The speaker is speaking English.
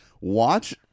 watch